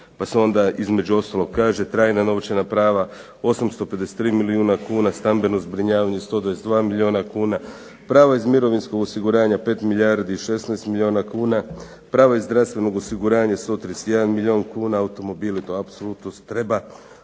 pa se onda između ostalog kaže trajna novčana prava 853 milijuna kuna, stambeno zbrinjavanje 122 milijuna kuna, pravo iz mirovinskog osiguranja 5 milijardi i 16 milijuna kuna, prava iz zdravstvenog osiguranja 131 milijun kuna, automobili to apsolutno treba